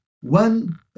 one